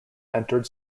entered